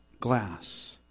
glass